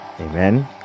Amen